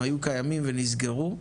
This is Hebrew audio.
הם היו קיימים ונסגרו.